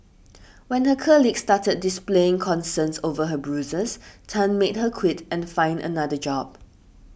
when her colleagues started displaying concerns over her bruises Tan made her quit and find another job